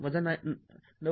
६ ९